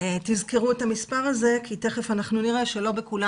תזכרו את המספר הזה כי תיכף אנחנו נראה שלא בכולם